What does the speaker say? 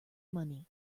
money